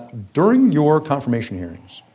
during your confirmation hearings,